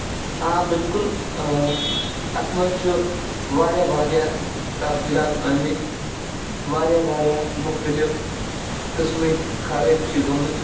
آ بِالکُل اَتھ منٛز چھُ واریاہ واریاہ تَبدیٖلات ٲمٕتۍ واریاہ ورایاہ مُختٔلِف قٔسمٕکۍ خرٲبی چھِ گٔمٕژ